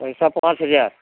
पैसा पाँच हज़ार